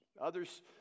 Others